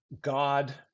god